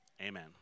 Amen